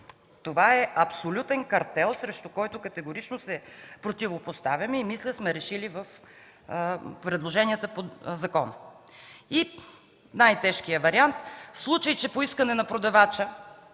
Това е абсолютен картел, срещу който категорично се противопоставяме и мисля, че сме го решили в предложенията по закона. И най-тежкият вариант. В случай че по искане на продавача,